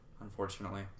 Unfortunately